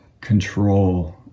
control